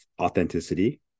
authenticity